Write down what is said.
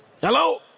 Hello